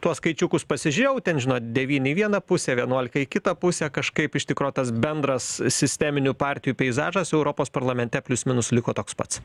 tuos skaičiukus pasižėjau ten žinot devyni į vieną pusę vienuolika į kitą pusę kažkaip iš tikro tas bendras sisteminių partijų peizažas europos parlamente plius minus liko toks pats